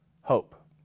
Hope